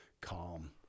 calm